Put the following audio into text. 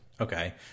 Okay